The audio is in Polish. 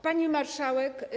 Pani Marszałek!